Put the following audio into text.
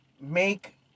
make